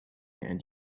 and